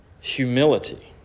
humility